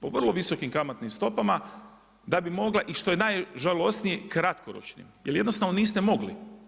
Po vrlo visokim kamatnim stopama, da bi mogla i što je najžalosnije, kratkoročno, jer jednostavno niste mogli.